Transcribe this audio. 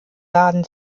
laden